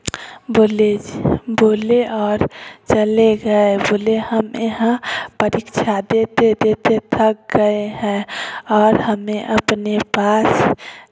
बोले और चले गए बोले हम यहाँ परीक्षा देते देते थक गए हैं और हमें अपने पास